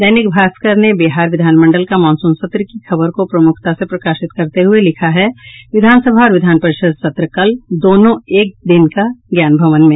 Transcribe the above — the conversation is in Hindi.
दैनिक भास्कर ने बिहार विधानमंडल का मॉनसून सत्र की खबर को प्रमुखता से प्रकाशित करते हुये लिखता है विधानसभा और विधान परिषद सत्र कल दोनों एक दिन का ज्ञान भवन में